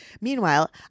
Meanwhile